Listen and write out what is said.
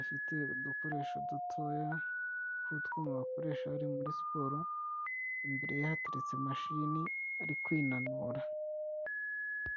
afite udukoresho dutoya, tw'utwuma bakoresha bari muri siporo, imbere ye hateretse mashini, ari kwinanura.